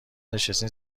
نشستین